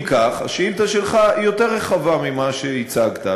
אם כך, השאילתה שלך היא יותר רחבה ממה שהצגת.